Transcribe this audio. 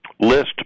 list